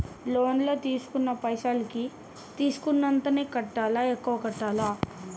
Loan లా తీస్కున్న పైసల్ కి తీస్కున్నంతనే కట్టాలా? ఎక్కువ కట్టాలా?